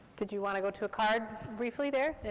did you want to go to a card briefly there,